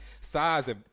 size